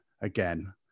again